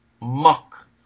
muck